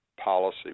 policy